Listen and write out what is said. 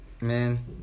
Man